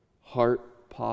heart